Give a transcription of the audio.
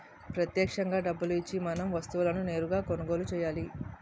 ప్రత్యక్షంగా డబ్బులు ఇచ్చి మనం వస్తువులను నేరుగా కొనుగోలు చేయాలి